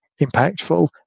impactful